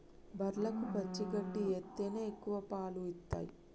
బర్లకు పచ్చి గడ్డి ఎత్తేనే ఎక్కువ పాలు ఇత్తయ్